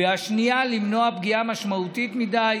והשנייה, למנוע פגיעה משמעותית מדי,